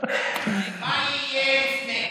מה יהיה לפני,